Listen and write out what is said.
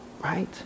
right